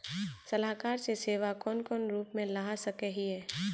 सलाहकार के सेवा कौन कौन रूप में ला सके हिये?